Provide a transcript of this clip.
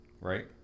right